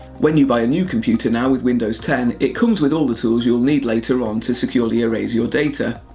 when you buy a new computer now with windows ten, it comes with all the tools you'll need later on to securely erase your data.